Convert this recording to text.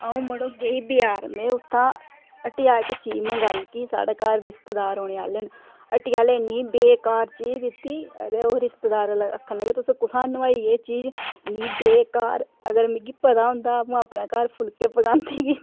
अ'ऊं मड़ो गेई बजार में उत्थां हट्टिया इक चीज मंगाई की साढ़े घर रिश्तेदार औने आह्ले न हट्टी आह्ले इन्नी बेकार चीज दित्ती और ओह् रिश्तेदार आखन लग्गे तुसें कुत्थां नोआई एह् चीज इन्नी बेकार अगर मिगी पता होंदा अ'ऊं अपने घर फुलके पकांदी ही